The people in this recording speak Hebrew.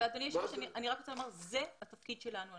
זה התפקיד שלנו.